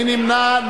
מי נמנע?